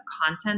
content